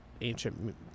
ancient